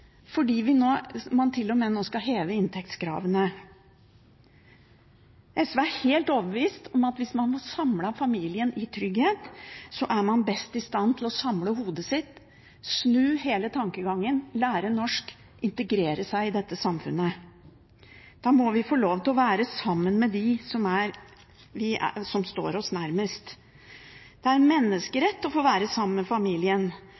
fordi man nå til og med skal heve inntektskravene. SV er helt overbevist om at hvis man har samlet familien i trygghet, er man best i stand til å samle hodet sitt, snu hele tankegangen, lære norsk, integrere seg i dette samfunnet. Da må en få lov til å være sammen med dem som står en nærmest. Det er en menneskerett å få være sammen med familien,